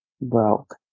broke